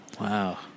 Wow